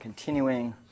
Continuing